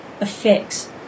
affects